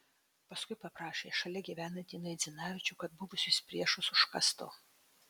paskui paprašė šalia gyvenantį naidzinavičių kad buvusius priešus užkastų